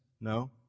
No